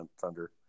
thunder